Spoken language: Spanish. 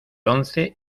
once